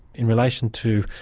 in relation to,